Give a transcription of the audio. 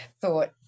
thought